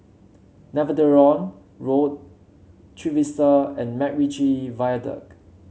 Netheravon Road Trevista and MacRitchie Viaduct